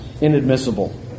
inadmissible